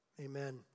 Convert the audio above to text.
Amen